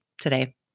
today